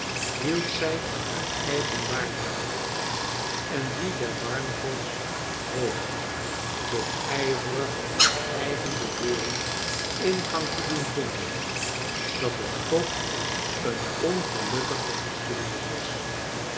hield zij haar eigen waardigheid en die der barnacles hoog door ijverig haar eigen bewering ingang te doen vinden dat het toch een ongelukkige geschiedenis was